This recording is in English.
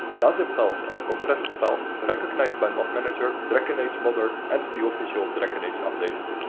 dazip files are compressed files but recognized by mod manager, dragon age modder and the official dragon age updater.